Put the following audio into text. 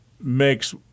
makes